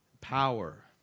power